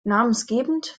namensgebend